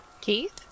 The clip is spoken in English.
Keith